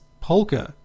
polka